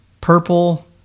purple